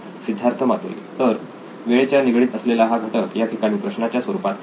सिद्धार्थ मातुरी तर वेळेच्या निगडीत असलेला हा घटक या ठिकाणी प्रश्नाच्या स्वरूपात आहे